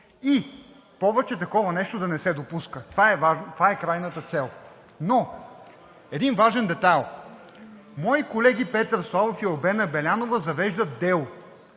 и повече такова нещо да не се допуска. Това е важно, това е крайната цел. Но един важен детайл. Мои колеги – Петър Славов и Албена Белянова, завеждат дело,